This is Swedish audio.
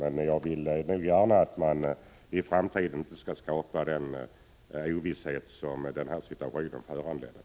Men jag vill gärna att man i framtiden inte skapar sådan ovisshet som den här situationen föranledde.